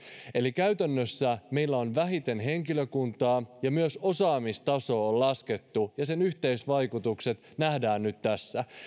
eli käytännössä meillä on vähiten henkilökuntaa ja myös osaamistasoa on laskettu ja yhteisvaikutukset nähdään nyt tässä